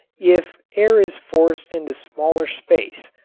if air is forced into smaller space,